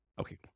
Okay